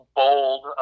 bold